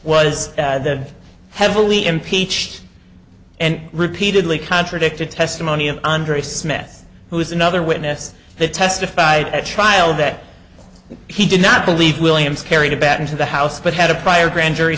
was heavily impeached and repeatedly contradicted testimony of andre smith who is another witness that testified at trial that he did not believe williams carried a bat into the house but had a prior grand jury